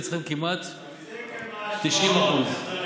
ואצלכם כמעט 90%. תפסיק עם ההשוואות,